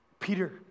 Peter